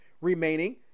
remaining